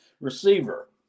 receiver